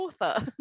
author